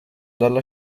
dalla